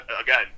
Again